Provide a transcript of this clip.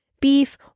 beef